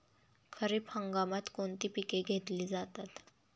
खरीप हंगामात कोणती पिके घेतली जातात?